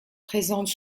présente